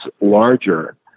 larger